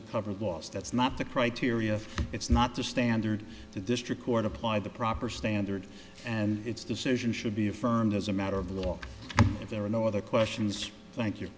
a covered loss that's not the criteria it's not the standard the district court apply the proper standard and it's decision should be affirmed as a matter of law if there are no other questions thank you